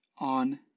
on